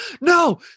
No